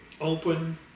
open